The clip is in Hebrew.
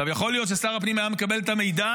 יכול להיות ששר הפנים היה מקבל את המידע